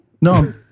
No